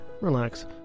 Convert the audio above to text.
relax